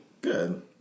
Good